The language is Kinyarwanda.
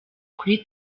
kuri